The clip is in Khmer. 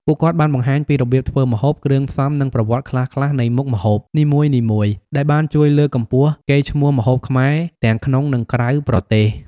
ពួកគាត់បានបង្ហាញពីរបៀបធ្វើម្ហូប គ្រឿងផ្សំ និងប្រវត្តិខ្លះៗនៃមុខម្ហូបនីមួយៗ ដែលបានជួយលើកកម្ពស់កេរ្តិ៍ឈ្មោះម្ហូបខ្មែរទាំងក្នុង និងក្រៅប្រទេស។